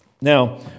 Now